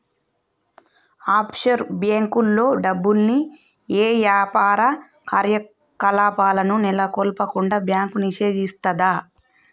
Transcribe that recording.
offshore బ్యేంకుల్లో డబ్బుల్ని యే యాపార కార్యకలాపాలను నెలకొల్పకుండా బ్యాంకు నిషేధిస్తది